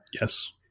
Yes